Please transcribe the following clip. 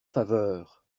faveur